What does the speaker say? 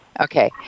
Okay